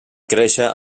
créixer